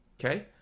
Okay